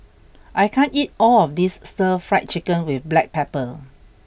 I can't eat all of this Stir Fried Chicken with Black Pepper